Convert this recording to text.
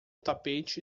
tapete